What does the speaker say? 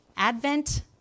Advent